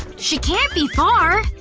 she can't be far